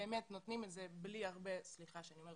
כל הפרויקטים שבאמת נותנים בלי הרבה בירוקרטיה